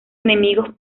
enemigos